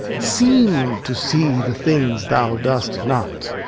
seem to see the things thou dost not.